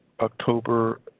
October